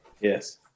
Yes